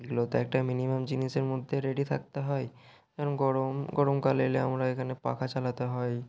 এগুলো তো একটা মিনিমাম জিনিসের মধ্যে রেডি থাকতে হয় যেমন গরম গরমকাল এলে আমরা এখানে পাখা চালাতে হয়